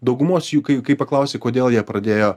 daugumos jų kai kai paklausi kodėl jie pradėjo